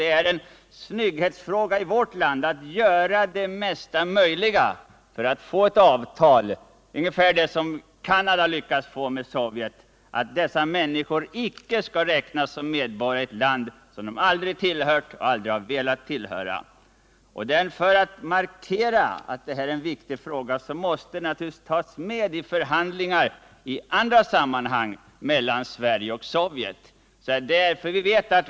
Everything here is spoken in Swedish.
Det är en snygghetsfråga för vårt land att göra det mesta möjliga för att få ett avtal liknande det som Canada har lyckats få med Sovjet, att dessa människor inte skall räknas som medborgare i ett land som de aldrig har tillhört och aldrig har velat tillhöra. För att markera att den frågan är viktig måste vi ta med den i förhandlingar i andra sammanhang mellan Sverige och Sovjet.